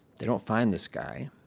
they don't find this guy.